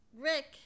Rick